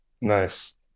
Nice